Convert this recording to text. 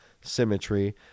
Symmetry